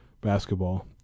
basketball